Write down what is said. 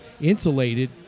insulated